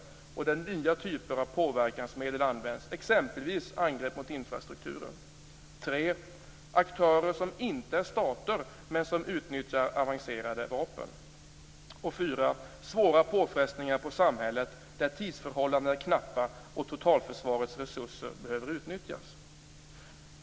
Nya typer av påverkansmedel används, t.ex. angrepp mot infrastrukturen. 3. Aktörer som inte är stater men som utnyttjar avancerade vapen. 4. Svåra påfrestningar på samhället, där tidsförhållanden är knappa och totalförsvarets resurser behöver utnyttjas.